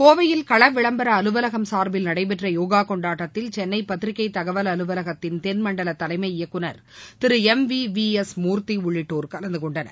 கோவையில் களவிளம்பர அலுவலகம் சார்பில் நடைபெற்ற யோகா கொண்டாட்டத்தில் சென்னை பத்திரிகை தகவல் அலுவலகத்தின் தென்மண்டல தலைமை இயக்குனர் திரு எம்விவிஎஸ் மூர்த்தி உள்ளிட்டோர் கலந்தகொண்டனர்